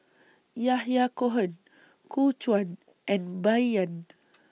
Yahya Cohen Gu Juan and Bai Yan